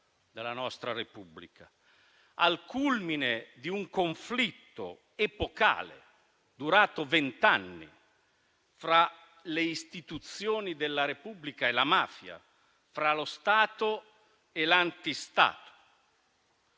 della nostra Repubblica, al culmine di un conflitto epocale, durato vent'anni, fra le istituzioni della Repubblica e la mafia, fra lo Stato e l'antistato.